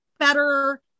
better